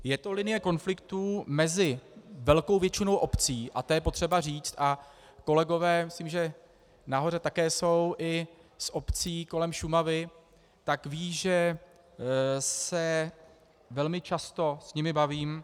Je to linie konfliktů mezi velkou většinou obcí, a to je potřeba říct, a kolegové, myslím, že nahoře také jsou i z obcí kolem Šumavy, tak vědí, že se velmi často s nimi bavím.